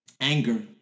Anger